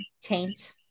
taint